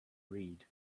read